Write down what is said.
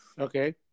Okay